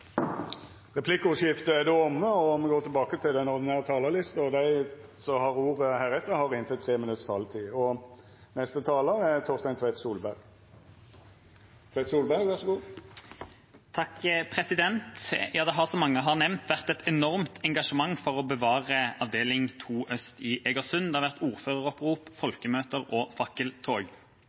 Replikkordskiftet er omme. Det har, som mange har nevnt, vært et enormt engasjement for å bevare avdeling 2 Øst i Egersund. Det har vært ordføreropprop, folkemøter og fakkeltog. Jeg har vært blant dem som har kjempet for at det